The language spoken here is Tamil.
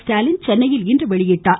ஸ்டாலின் சென்னையில் இன்று கிமுக வெளியிட்டார்